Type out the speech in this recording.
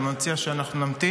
ואני מציע שנמתין.